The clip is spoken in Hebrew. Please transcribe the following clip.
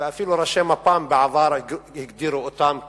ואפילו ראשי מפ"ם בעבר הגדירו אותם חלוצים,